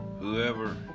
Whoever